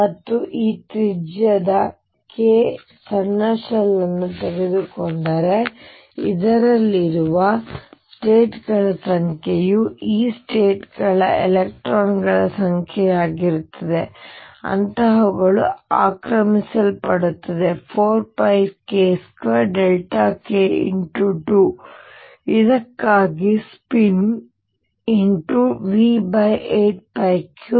ಮತ್ತು ಈ ತ್ರಿಜ್ಯದ k ಸಣ್ಣ ಶೆಲ್ ಅನ್ನು ತೆಗೆದುಕೊಂಡರೆ ಇದರಲ್ಲಿರುವ ಸ್ಟೇಟ್ ಗಳ ಸಂಖ್ಯೆಯು ಈ ಸ್ಟೇಟ್ ಲ್ಲಿ ಎಲೆಕ್ಟ್ರಾನ್ ಗಳ ಸಂಖ್ಯೆಯಾಗಿರುತ್ತದೆ ಅಂತಹವುಗಳು ಆಕ್ರಮಿಸಲ್ಪಡುತ್ತವೆ 4πk2k×2 ಇದಕ್ಕಾಗಿ ಸ್ಪಿನ್ V83